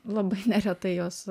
labai neretai jos